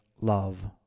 Love